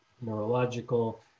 neurological